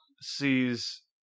sees